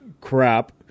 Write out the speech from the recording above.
crap